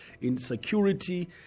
insecurity